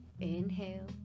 inhale